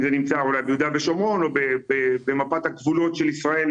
אם זה נמצא אולי ביהודה ושומרון או במפת הגבולות של ישראל,